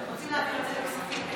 רוצים להעביר את זה לכספים,